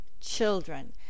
children